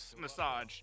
massage